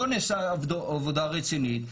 לא נעשתה עבודה רצינית.